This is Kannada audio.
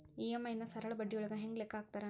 ಇ.ಎಂ.ಐ ನ ಸರಳ ಬಡ್ಡಿಯೊಳಗ ಹೆಂಗ ಲೆಕ್ಕ ಹಾಕತಾರಾ